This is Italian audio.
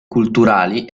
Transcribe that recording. culturali